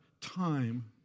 time